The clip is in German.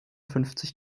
fünfzig